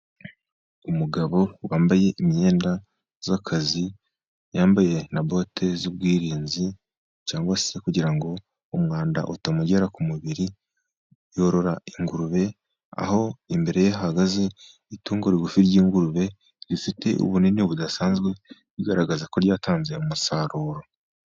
Umugabo wambaye imyenda y’akazi, yambaye na bote z’ubwirinzi cyangwa se kugira ngo umwanda utamugera ku mubiri, yorora ingurube, aho imbere ye hahagaze itungo rigufi ry’ingurube, rifite ubunini budasanzwe, bigaragaza ko ryatanze umusaruro.